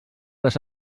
les